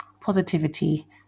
positivity